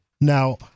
Now